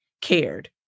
cared